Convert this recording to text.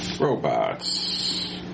Robots